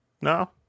no